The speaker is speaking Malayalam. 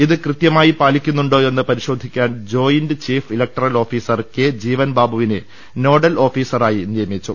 ഇത് കൃത്യമായി പാലിക്കുന്നുണ്ടോയെന്ന് പരിശോധിക്കാൻ joint chief electoral officer K ജീവൻബാബുവിനെ നോഡൽ ഓഫീസറായി നിയമിച്ചു